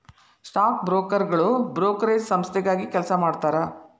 stock ಬ್ರೋಕರ್ಗಳು brokerage ಸಂಸ್ಥೆಗಾಗಿ ಕೆಲಸ ಮಾಡತಾರಾ